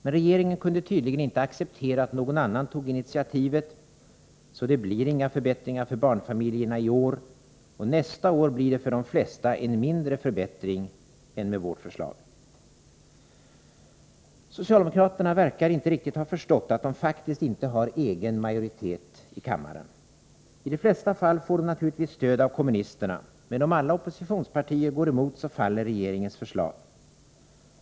Men regeringen kunde tydligen inte acceptera att någon annan tog initiativet, så det blir inga förbättringar för barnfamiljerna i år, och nästa år blir det för de flesta en mindre förbättring än med vårt förslag. Socialdemokraterna verkar inte riktigt ha förstått att de faktiskt inte har egen majoritet i kammaren. I de flesta fall får de naturligtvis stöd av kommunisterna, men om alla oppositionspartierna går emot faller regering ens förslag.